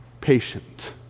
Patient